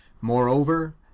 Moreover